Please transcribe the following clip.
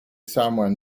somewhere